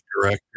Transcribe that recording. director